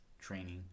training